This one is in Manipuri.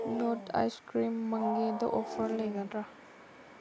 ꯅꯣꯠ ꯑꯥꯏꯁ ꯀ꯭ꯔꯤꯝ ꯃꯪꯒꯦꯗ ꯑꯣꯐꯔ ꯂꯩꯒꯗ꯭ꯔꯥ